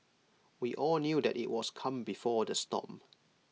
we all knew that IT was calm before the storm